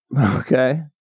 Okay